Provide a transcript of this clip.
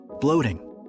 bloating